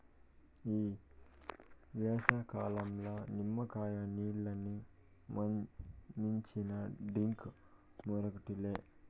ఈ ఏసంకాలంల నిమ్మకాయ నీల్లని మించిన డ్రింక్ మరోటి లే